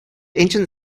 ancient